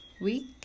week